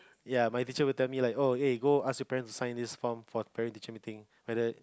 ya my teacher always tell me like oh eh go ask you parent to sign this form for parent teaching meeting like that